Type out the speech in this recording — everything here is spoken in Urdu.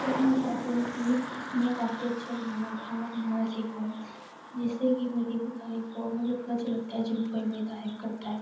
تو میں چاہتی ہوں کہ میں کافی اچھا بنانا کھانا بنانا سیکھوں جس سے کہ میری بھی تعریف ہو اور مجھے بہت اچھا لگتا ہے جب کوئی میری تعریف کرتا ہے